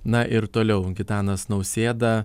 na ir toliau gitanas nausėda